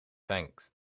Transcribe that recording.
thanks